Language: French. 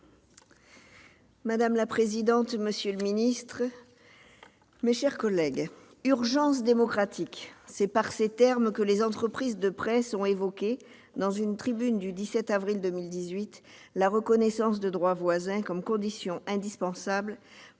madame la présidente de la commission, mes chers collègues, il y a « urgence démocratique !» C'est par ces termes que les entreprises de presse ont évoqué, dans une tribune du 17 avril 2018, la reconnaissance de droits voisins comme condition indispensable à